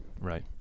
Right